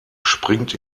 springt